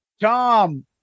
Tom